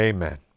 Amen